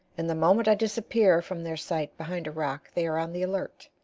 and the moment i disappear from their sight behind a rock they are on the alert,